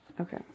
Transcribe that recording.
Okay